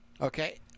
Okay